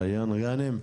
ריאן גאנם.